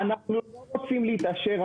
אנחנו לא רוצים להתעשר,